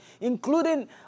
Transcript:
including